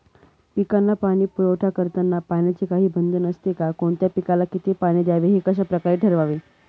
पिकांना पाणी पुरवठा करताना पाण्याचे काही बंधन असते का? कोणत्या पिकाला किती पाणी द्यावे ते कशाप्रकारे ठरवावे?